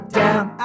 down